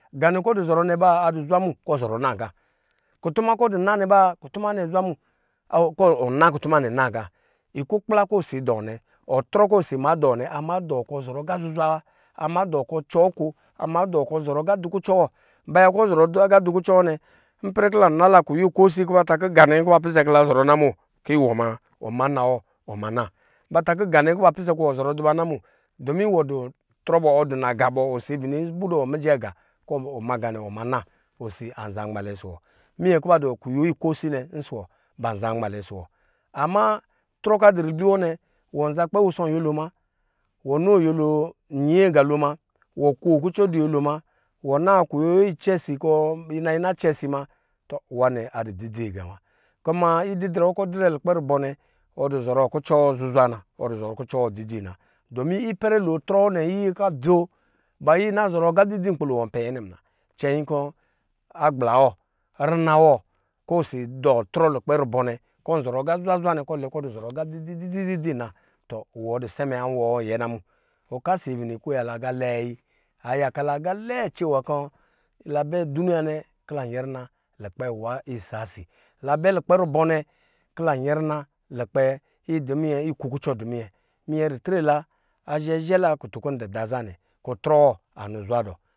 Ngə nɛ kɔ ɔzɔrɔ nɛ adɔ zwa mu kɔɔzɔrɔ naga kutuma kɔ ɔdɔ zɔrɔ nɛ kutums nɛ adɔ zwa mu kɔ ɔna kutuma nɛ na ga ikukpla ko osi dɔ nɛ ɔtrɔ kɔ osi ama dɔ nɛ ama dɔ kɔ ɔ zɔrɔ aqa zuzwa wa ama dɔ kɔ ɔcɔ oko ama dɔ kɔ zɔrɔ aga zuzwa su kucɔ mbaya kɔ ɔ zɔrɔ aga dɔ kucɔ wɔ nɛ ipɛrɛ kɔ la na la kuyo iko asi kɔ ba ta kɔ gan ɛ kɔ la pisɛ kɔ la zɔrɔ na mo kɔ iwɔ ma wɔ ma nna wɔ ɔma na, ba ta kɔ nga nɛ kɔ iwɔ nzɔ rɔ dɔ ba nabo kɔ wɔ dɔ ntɔ bɔ wɔ dɔ naga bɔ osi abini budo mijɛ aqa kɔ ɔme nga nɛ ɔma na osi kuma anza nmalɛ ɔsɔ bɔ minyɛ kɔ badu kuyo kosi ɔsɔ wɔ banze nmalɛ ɔsɔ wɔ ama trɔ kɔ adu riblu wɔ nɛ wɔn za kpɛ wɔsɔ nyolo ma wɔ no nyɛlo nyi aga lo ma wɔ ko kucɔ du nyelo ma wɔ na kuwo icɛsi kɔ yi na cɛsi na tɔ wanɛ adɔ dzi dzi aga wa kuma ididrɛ wɔ kɔ ɔdidrɛ lukpɛ rubɔ nɛ ɔdu zɔrɔ kucɔ wɔ zuzwa wa na ɔdu zɔrɔ kucɔ wɔ dzi dzi na domi ipɛrɛ lo ɔtrɔ wɔ anyiya ina dzo ba yiya ina zɔrɔ dzi dzi nkpilo wɔnpɛ yɛnɛ ma cɛnyin kɔ agbla wɔ rina wɔ kɔ zuzɔrɔ zwa zwa kɔ ɔlɛ kɔ ɔ zɔrɔ dzi dzi dzi dzi to wɔdɔ sɛmɛ awɔ wɔ ɛ namo kasi bini kwaya la aga lɛɛ wayi a akala aga lɛɛ cewa kɔla bɛ duniya nɛkɔ la nyɛrina lakpɛ awa si la bɛ rukpɛ rubɔ nɛ kɔ la nyɛ rina wukpɛ miyɛ ritre la azhɛ zhɛ zhɛla la kutun kɔ ndaza nɛ kɔ tɔ wɔ anɔ zwa dɔ.